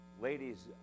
Ladies